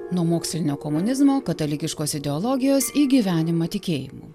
nuo mokslinio komunizmo katalikiškos ideologijos į gyvenimą tikėjimu